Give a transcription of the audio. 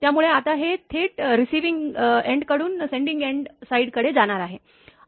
त्यामुळे आता हे थेट रीसीविंगएंड कडून सेंडिंग एंड साइड कडे जाणार आहे